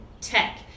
tech